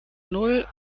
null